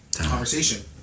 Conversation